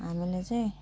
हामीले चाहिँ